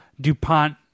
DuPont